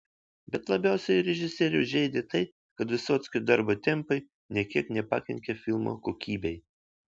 bet labiausiai režisierių žeidė tai kad vysockio darbo tempai nė kiek nepakenkė filmo kokybei